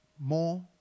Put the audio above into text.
more